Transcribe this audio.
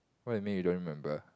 what you mean you don't remember